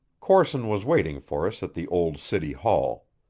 corson was waiting for us at the old city hall.